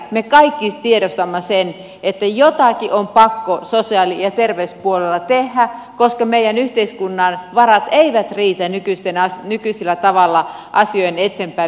me kaikki tiedostamme sen että jotakin on pakko sosiaali ja terveyspuolella tehdä koska meidän yhteiskunnan varat eivät riitä nykyisellä tavalla asioiden eteenpäinviemiseen